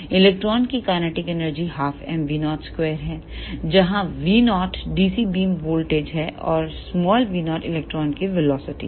electron की kinetic energy 12m𝛎02 है जहां V0 dc बीम वोल्टेज है और 𝛎0 इलेक्ट्रॉनों की वेलोसिटी है